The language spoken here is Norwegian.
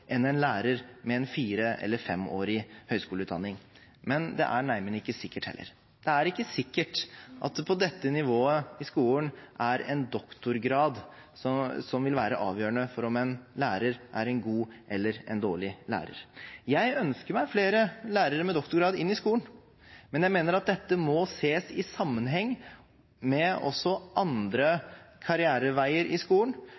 enn en lærer med en fire- eller femårig høyskoleutdanning, men det er neimen ikke sikkert heller. Det er ikke sikkert at det på dette nivået i skolen er en doktorgrad som vil være avgjørende for om en lærer er en god eller en dårlig lærer. Jeg ønsker meg flere lærere med doktorgrad inn i skolen, men jeg mener at dette må ses i sammenheng med også andre karriereveier i skolen,